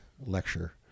lecture